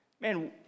Man